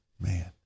man